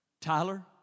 Tyler